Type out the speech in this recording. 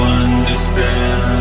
understand